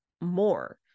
more